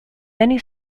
many